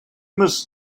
must